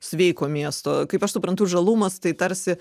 sveiko miesto kaip aš suprantu žalumas tai tarsi